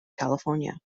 california